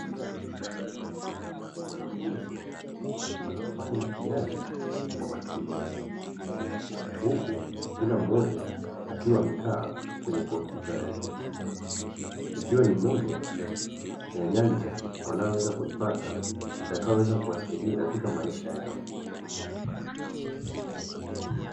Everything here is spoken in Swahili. Wanafunzi wanafanya mtihani kwa makini, huku kila mmoja akiwa amekaa kwenye kompyuta yake. Ikiwa ni moja ya nyanja wanayoweza kuipata itakayoweza kuwasaidia katika maisha yao.